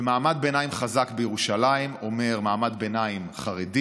ומעמד ביניים חזק בירושלים אומר מעמד ביניים חרדי